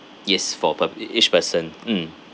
yes for per ea~ each person mm